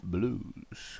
Blues